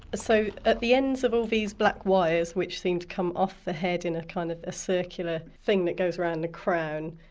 so at the ends of all these black wires that seem to come off the head in a kind of circular thing that goes around the crown,